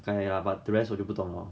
可以 lah but the rest 我就不懂 lor